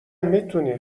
میتونی